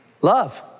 Love